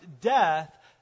death